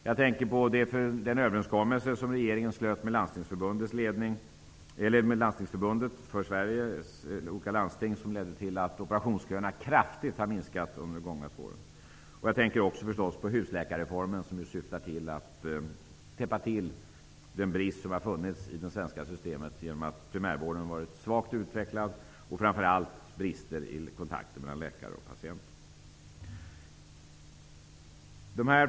Jag tänker på den överenskommelse som regeringen slöt med Landstingsförbundet för Sveriges olika landsting som ledde till att operationsköerna har minskat kraftigt under de gångna två åren. Jag tänker naturligtvis också på husläkarreformen som syftar till att täppa till den brist som har funnits i det svenska systemet, eftersom primärvården har varit svagt utvecklad. Det har framför allt också brustit i kontakten mellan läkare och patienter.